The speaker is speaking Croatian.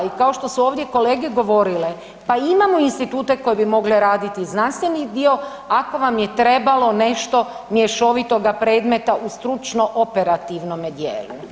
I kao što su ovdje kolege govorile, pa imamo institute koje bi mogle raditi znanstveni dio ako vam je trebalo nešto mješovitoga predmeta u stručno-operativnome djelu?